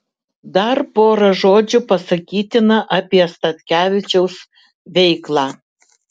dar pora žodžių pasakytina apie statkevičiaus veiklą